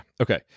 Okay